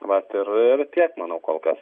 vat ir ir tiek manau kol kas